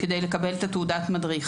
של משלחות הנוער,